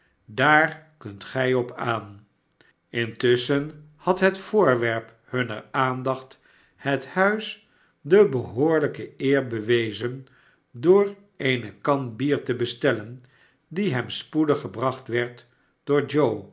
daar kunt gij op aan intusschen had het voorwerp hunner aandacht het huis de behoorlijke eer bewezen door eene kan bier te bestellen die hem spoedig gebracht werd door